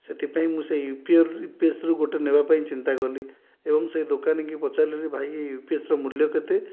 ସେଥି ପାଇଁ ମୁଁ ସେ ୟୁପିୟର ୟୁପିଏସରୁ ଗୋଟେ ନବା ପାଇଁ ଚିନ୍ତା କଲି ଏବଂ ସେ ଦୋକାନୀ କି ପଚାରିଲି ରେ ଭାଇ ୟୁପିଏସର ମୂଲ୍ୟ କେତେ